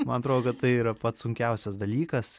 man atrodo kad tai yra pats sunkiausias dalykas